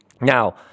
Now